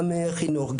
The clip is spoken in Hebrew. גם חינוך,